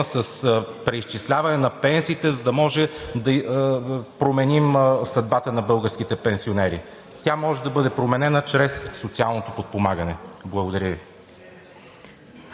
с преизчисляване на пенсиите, за да може да променим съдбата на българските пенсионери. Тя може да бъде променена чрез социалното подпомагане. Благодаря Ви.